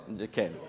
Okay